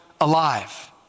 alive